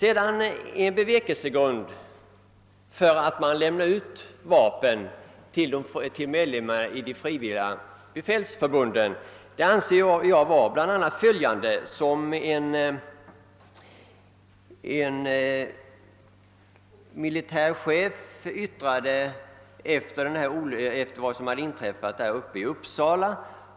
En bevekelsegrund för att lämna ut vapen till medlemmar i de frivilliga befälsförbunden anfördes av en militär chef efter vad som inträffat i Uppsala.